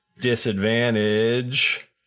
disadvantage